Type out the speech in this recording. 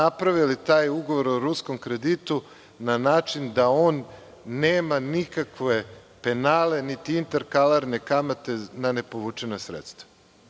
taj ugovor o ruskom kreditu na način da on nema nikakve penale, niti interkalarne kamate na nepovučena sredstva. Znači,